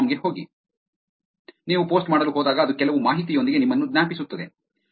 com ಗೆ ಹೋಗಿ ನೀವು ಪೋಸ್ಟ್ ಮಾಡಲು ಹೋದಾಗ ಅದು ಕೆಲವು ಮಾಹಿತಿಯೊಂದಿಗೆ ನಿಮ್ಮನ್ನು ಜ್ಞಾಪಿಸುತ್ತದೆ